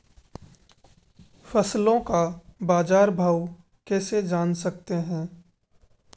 फसलों का बाज़ार भाव कैसे जान सकते हैं?